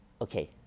okay